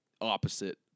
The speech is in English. opposite